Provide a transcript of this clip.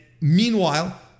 meanwhile